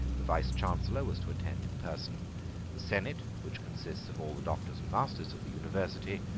the vicechancellor was to attend in person the senate, which consists of all the doctors and masters of the university,